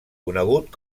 conegut